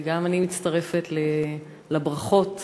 גם אני מצטרפת לברכות